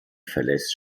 verlässt